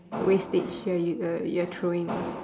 wastage you are uh you are throwing